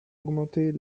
augmenter